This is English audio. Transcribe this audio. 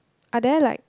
are there like